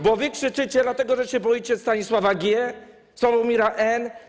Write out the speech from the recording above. Bo wy krzyczycie dlatego, że się boicie Stanisława G., Sławomira N.